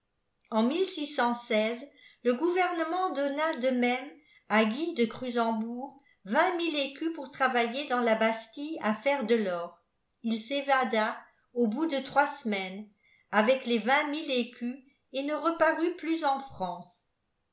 en le gouvernement donna de même à guy dq criisembourg vingt mille écus pour travailler dans la bastille à faire de l'or il s'évada au bout de troig semaines avec les vingt mille écus et ne reparut plus en france